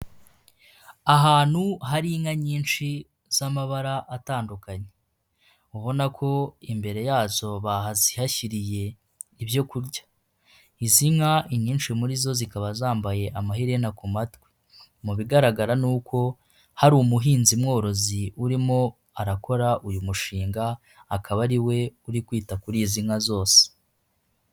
Ahantu hari inka nyinshi z'amabara atandukanye, ubona ko imbere yazo bazihashyiriye ibyo kurya, izi nka inyinshi muri zo zikaba zambaye amaherena ku matwi, mu bigaragara ni uko hari umuhinzi mworozi urimo arakora uyu mushinga akaba ari we uri kwita kuri izi nka zose.